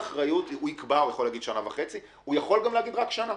הוא יכול להגיד שנה וחצי או לומר רק שנה.